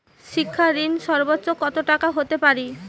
শিক্ষা ঋণ সর্বোচ্চ কত টাকার হতে পারে?